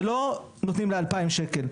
שלא נותנים לה 2,000 ש"ח,